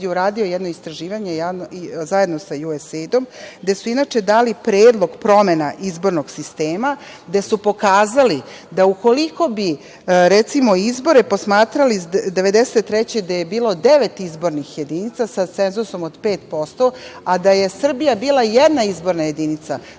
uradio jedno istraživanje, zajedno sa USAID-om, gde su inače dali predlog promena izbornog sistema, gde su pokazali da ukoliko bi, recimo, izbore posmatrali 1993. godine, gde je bilo devet izbornih jedinica sa cenzusom od 5%, a da je Srbija bila jedna izborna jedinica,